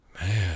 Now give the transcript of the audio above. Man